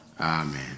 Amen